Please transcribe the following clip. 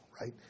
Right